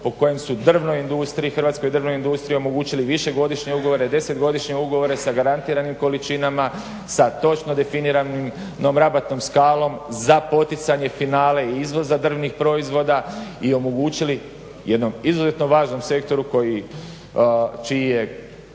industriji, hrvatskoj drvnoj industriji omogućili višegodišnje ugovore, deset godišnje ugovore sa garantiranim količinama, sa točno definiranom rabatnom skalom za poticanje finale i drvenih proizvoda i omogućili jednom izuzetno važnom sektoru koji, čiji je